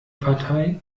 partei